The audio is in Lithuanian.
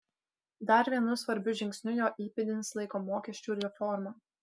dar vienu svarbiu žingsniu jo įpėdinis laiko mokesčių reformą